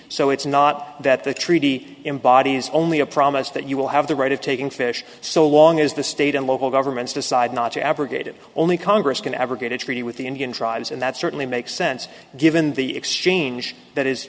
so it's not that the treaty embodies only a promise that you will have the right of taking fish so long as the state and local governments decide not to abrogate it only congress can abrogate a treaty with the indian tribes and that certainly makes sense given the exchange that is